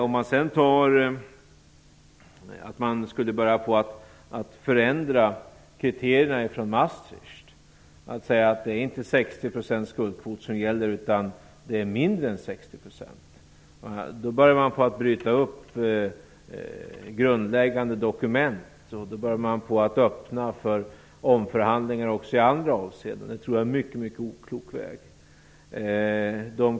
Om man sedan skulle börja förändra kriterierna från Maastricht och säga att det inte är 60 % skuldkvot som gäller utan det är mindre än 60 %, då börjar man bryta upp grundläggande dokument och då börjar man öppna för omförhandlingar också i andra avseenden. Det tror jag är en mycket oklok väg.